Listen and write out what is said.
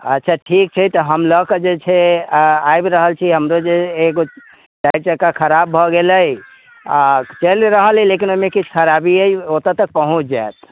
अच्छा ठीक छै हम लऽ कऽ जे छै आबि रहल छी हमरो जे एकगो चारि चक्का खराब भऽ गेलै आओर चलि रहल अइ लेकिन ओहिमे किछु खराबी अइ ओतऽ तक पहुँचि जाइत